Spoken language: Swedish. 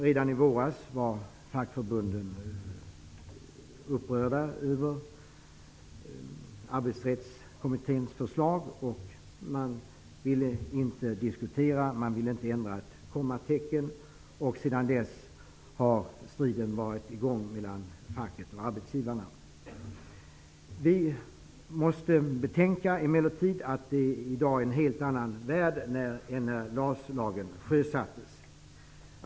Redan i våras var fackförbunden upprörda över Arbetsrättskommitténs förslag. Men man ville inte diskutera. Man ville inte ändra ett enda kommatecken. sedan dess har striden mellan facket och arbetsgivarna varit i gång. Vi måste emellertid betänka att det i dag är en helt annan värld än när LAS-lagen sjösattes.